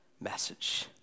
message